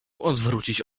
odwrócić